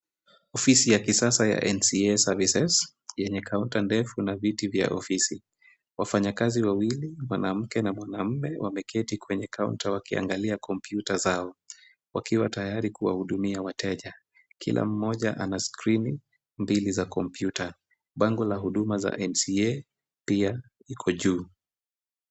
Ofisi ya kisasa ya NCA Services , yenye counter ndefu na viti vya ofisi, wafanya kazi wawili mwanamke na mwanamume wameketi kwenye counter wakiangalia computer zao, wakiwa tayari kuwa hudumia wateja, kila mmoja ana skrini mbili za kompyuta, bango la huduma za NCA pia iko juu.